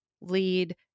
lead